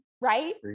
right